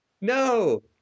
no